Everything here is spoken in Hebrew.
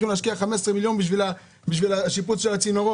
והם הצהירו שהם הולכים להשקיע 15 מיליון שקל בשיפוץ הצינורות,